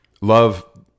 love